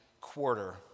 quarter